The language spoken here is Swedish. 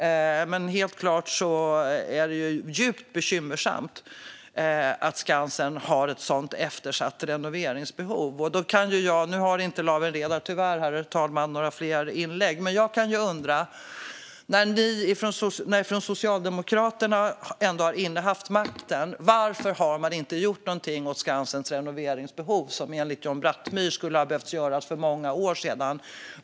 Men det är helt klart djupt bekymmersamt att Skansen har ett sådant eftersatt renoveringsbehov. Lawen Redar har tyvärr inga fler inlägg nu, men jag kan undra varför Socialdemokraterna, som ändå innehaft makten, inte har gjort någonting åt Skansens renoveringsbehov, som enligt John Brattmyhr skulle ha behövt åtgärdas för många år sedan.